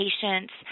patients